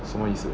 什么意思